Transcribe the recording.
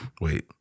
Wait